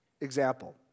example